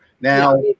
Now